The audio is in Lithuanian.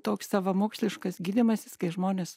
toks savamoksliškas gydymasis kai žmonės